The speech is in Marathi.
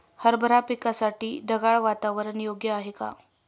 हरभरा पिकासाठी ढगाळ वातावरण योग्य आहे का?